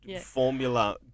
formula